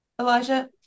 Elijah